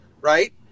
Right